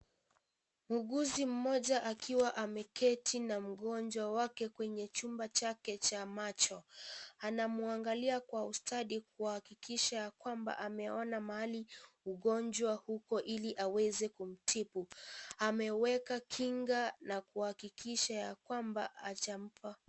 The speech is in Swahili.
Mwuguzi mmoja akiwa ameketi na mgonjwa wake kwenye chumba chake cha macho. Anamwangalia kwa usati kuhakikisha kwamba ameona mahali ugonjwa uoili aweze kumtibu. Ameweka kinga ili kuhakikisha kwamba hajampa.